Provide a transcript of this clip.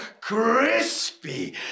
crispy